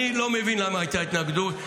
אני לא מבין למה הייתה התנגדות.